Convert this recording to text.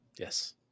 Yes